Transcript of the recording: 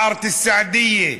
חארת אל-סעדיה,